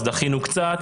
אז דחינו קצת.